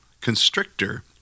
Constrictor